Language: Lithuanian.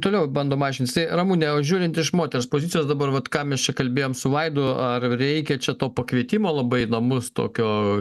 toliau bandom aiškintis tai ramune o žiūrint iš moters pozicijos dabar vat ką mes čia kalbėjom su vaidu ar reikia čia to pakvietimo labai įdomus tokio